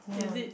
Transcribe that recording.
is it